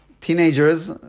teenagers